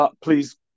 Please